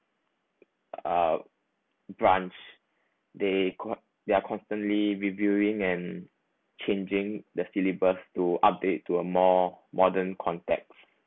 uh branch they got they are constantly rebuilding and changing the syllabus to update to a more modern context